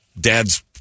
Dad's